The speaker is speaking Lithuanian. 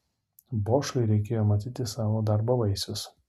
bošui reikėjo matyti savo darbo vaisius